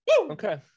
Okay